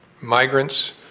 migrants